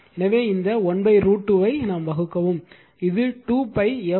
எனவே இந்த 1 √ 2 ஐ வகுக்கவும் இது 2 pi f N ∅√ 2